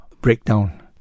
breakdown